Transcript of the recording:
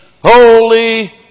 Holy